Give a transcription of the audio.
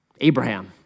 Abraham